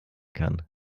kann